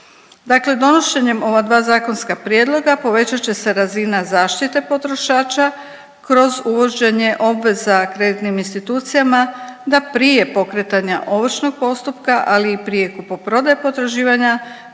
Dakle donošenjem ova dva zakonska prijedloga, povećat će se razina zaštite potrošača kroz uvođenje obveza kreditnim institucijama da prije pokretanja ovršnog postupka ali i prije kupoprodaje potraživanja